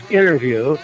interview